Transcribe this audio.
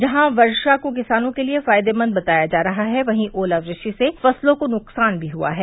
जहां वर्षा को किसानों के लिये फायदेमंद बताया जा रहा है वहीं ओलावृष्टि से फसलों को नुकसान भी हुआ है